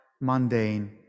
mundane